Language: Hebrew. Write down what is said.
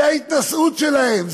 זה ההתנשאות שלהם,